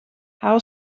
how